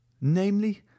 namely